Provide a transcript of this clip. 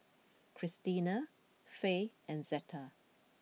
Krystina Fae and Zetta